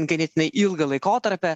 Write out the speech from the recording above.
ganėtinai ilgą laikotarpį